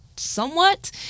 somewhat